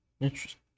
Interesting